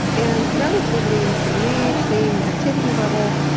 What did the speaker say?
and relatively same age, same activity level.